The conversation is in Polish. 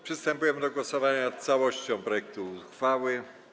Przystępujemy do głosowania nad całością projektu uchwały.